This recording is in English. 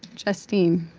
justine?